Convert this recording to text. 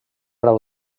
grau